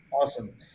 Awesome